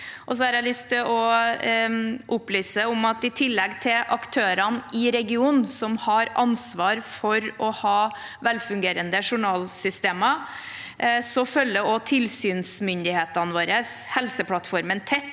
til å opplyse om at i tillegg til aktørene i regionen som har ansvar for å ha velfungerende journalsystemer, følger også tilsynsmyndighetene våre Helseplattformen tett